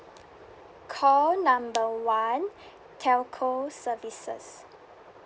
call number one telco services